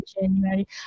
January